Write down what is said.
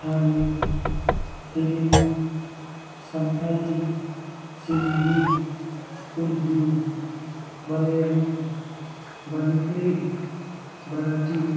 Tamil Telugu Santhali Sindhi Urdu Malayalam Manipuri Marathi